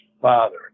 father